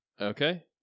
Okay